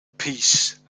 peace